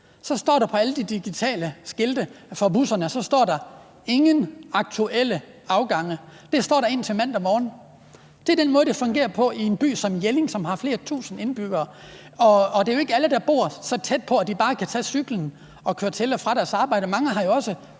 står der på alle de digitale skilte for busserne: Ingen aktuelle afgange. Det står der indtil mandag morgen. Det er den måde, det fungerer på i en by som Jelling, som har flere tusind indbyggere. Det er jo ikke alle, der bor så tæt på, at de bare kan tage cyklen og køre til og fra deres arbejde. Mange har jo også